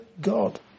God